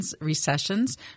Recessions